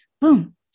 boom